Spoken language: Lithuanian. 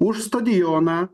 už stadioną